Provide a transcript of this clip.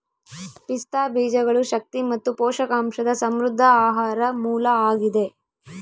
ಪಿಸ್ತಾ ಬೀಜಗಳು ಶಕ್ತಿ ಮತ್ತು ಪೋಷಕಾಂಶದ ಸಮೃದ್ಧ ಆಹಾರ ಮೂಲ ಆಗಿದೆ